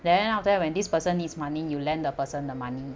then after that when this person needs money you lend the person the money